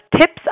tips